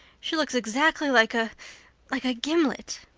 she looks exactly like a like a gimlet.